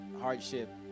hardship